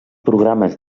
programes